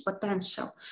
potential